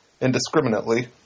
indiscriminately